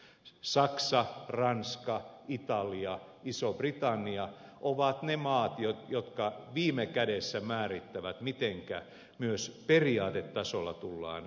saksa ranska italia iso britannia ovat ne maat jotka viime kädessä määrittävät mitenkä myös periaatetasolla tullaan toimimaan